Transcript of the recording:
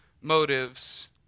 motives